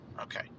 Okay